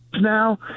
now